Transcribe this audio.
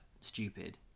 stupid